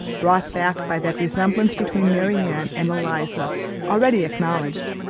brought back by that resemblance between marianne and eliza already acknowledged,